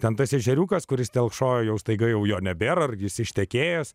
ten tas ežeriukas kuris telkšojo jau staiga jau jo nebėra ar jis ištekėjęs